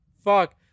Fuck